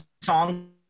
song